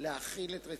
אדוני היושב-ראש,